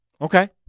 okay